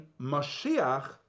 mashiach